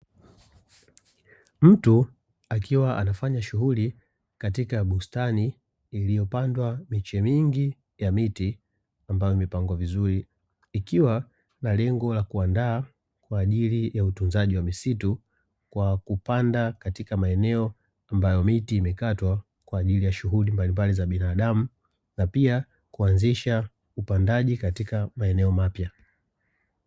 Mtu akiwa anafanya shughuli katika bustani iliyopandwa miche mingi ya miti, ambayo imepangwa vizuri, ikiwa na lengo la kuandaa kwa ajili ya utunzaji wa misitu, kwa kupanda katika maeneo ambayo miti imekatwa kwa ajili ya shughuli mbalimbali ya binadamu, na pia kuanzisha upandaji katika maeneo mapya.